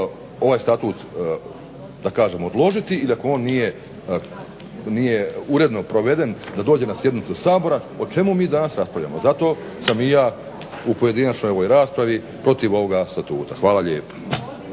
ovaj Statut da kažem odložiti i da on nije uredno proveden da dođe na sjednicu Sabora. O čemu mi danas raspravljamo? Zato sam i ja u pojedinačnoj ovoj raspravi protiv ovoga Statuta. Hvala lijepa.